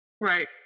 Right